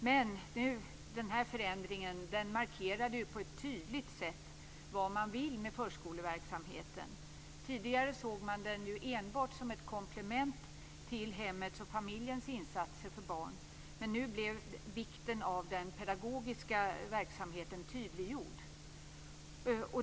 Men förändringen markerade ju på ett tydligt sätt vad man ville med förskoleverksamheten. Tidigare såg man den ju enbart som ett komplement till hemmets och familjens insatser för barn, men nu blev vikten av den pedagogiska verksamheten tydliggjord.